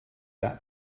that